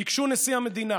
ביקשו נשיא המדינה,